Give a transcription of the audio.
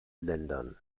ländern